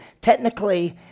technically